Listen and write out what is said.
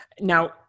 Now